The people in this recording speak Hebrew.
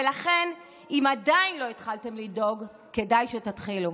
ולכן אם עדיין לא התחלתם לדאוג, כדאי שתתחילו.